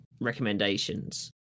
recommendations